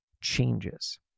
changes